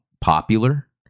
popular